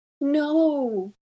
no